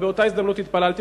אבל באותה הזדמנות התפללתי,